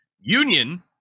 union